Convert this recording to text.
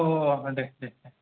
औ औ औ औ दे दे दे